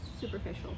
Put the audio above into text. superficial